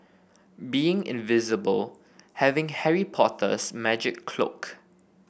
being invisible having Harry Potter's magic cloak